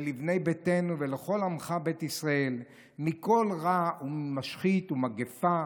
ולבני ביתנו ולכל עמך בית ישראל מכל רע ומשחית ומגפה,